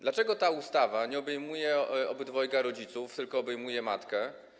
Dlaczego ta ustawa nie obejmuje obydwojga rodziców, tylko obejmuje matkę?